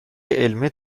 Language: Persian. علمی